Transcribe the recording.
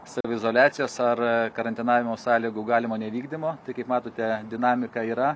saviizoliacijos ar karantinavimo sąlygų galimo nevykdymo tai kaip matote dinamika yra